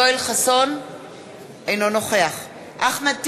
אינו נוכח אחמד טיבי,